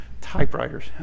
Typewriters